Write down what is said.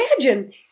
Imagine